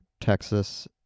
Texas